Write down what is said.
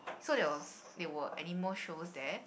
so there was there were animal show there